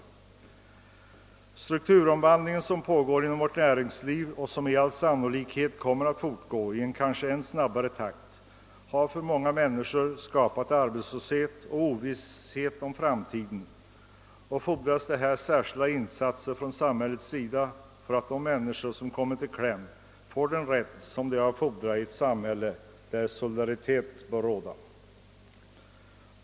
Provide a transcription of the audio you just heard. Den strukturomvandling som pågår inom näringslivet och som med all sannolikhet kommer att fortsätta i ännu snabbare takt har för många männi skor medfört arbetslöshet och skapat ovisshet om framtiden. Det fordras särskilda insatser från samhällets sida för att de människor som där kommit i kläm skall få den rätt de kan fordra i ett samhälle där solidaritet bör råda.